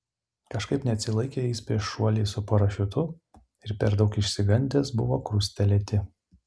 kažkaip neatsilaikė jis prieš šuolį su parašiutu ir per daug išsigandęs buvo krustelėti